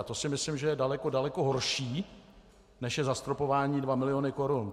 A to si myslím, že je daleko, daleko horší, než je zastropování 2 miliony korun.